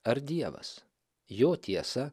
ar dievas jo tiesa